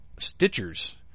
Stitchers